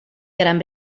gran